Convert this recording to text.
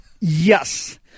Yes